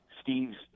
Steve's